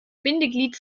bindeglied